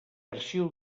arxiu